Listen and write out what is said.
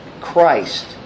Christ